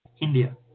India